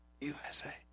USA